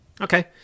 Okay